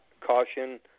caution